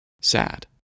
Sad